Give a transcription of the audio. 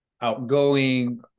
outgoing